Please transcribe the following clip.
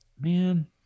Man